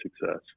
success